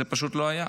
זה פשוט לא היה.